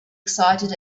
excited